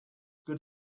good